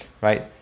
right